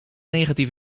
negatief